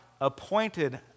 appointed